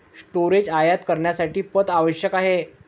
storage आयात करण्यासाठी पथ आवश्यक आहे